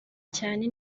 cyane